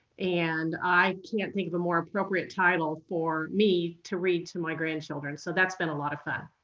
and i can't think of a more appropriate title for me to read to my grandchildren. so that's been a lot of fun.